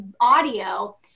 audio